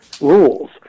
rules